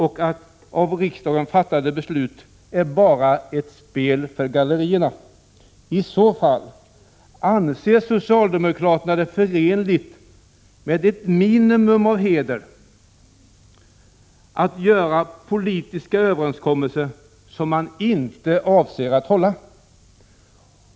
Är av riksdagen fattade beslut bara ett spel för gallerierna? I så fall — anser socialdemokraterna det förenligt med ett minimum av heder att göra politiska överenskommelser som man inte avser att hålla?